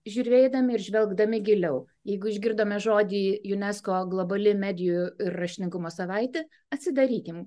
žiūrėdami ir žvelgdami giliau jeigu išgirdome žodį unesco globali medijų raštingumo savaitė atsidarykime